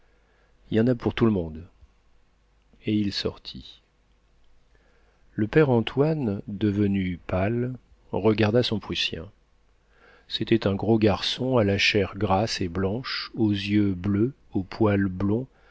l's'autres y en a pour tout le monde et il sortit le père antoine devenu pâle regarda son prussien c'était un gros garçon à la chair grasse et blanche aux yeux bleus au poil blond